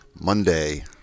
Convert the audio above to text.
Monday